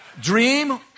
Dream